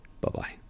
bye-bye